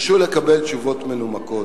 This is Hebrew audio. ודרשו לקבל תשובות מנומקות.